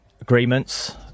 agreements